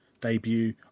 debut